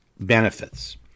benefits